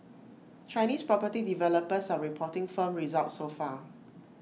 Chinese property developers are reporting firm results so far